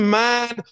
man